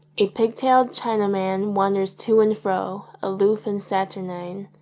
a pig-tailed chinaman wanders to and fro, aloof and saturnine,